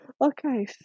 Okay